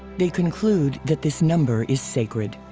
they conclude that this number is sacred.